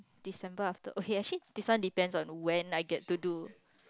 December after okay actually this one depends on when I get to do